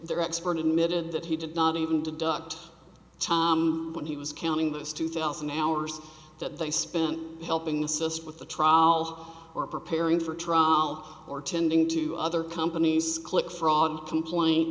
their expert admitted that he did not even deduct when he was counting those two thousand hours that they spent helping assist with the trial or preparing for trial or tending to other companies click fraud complain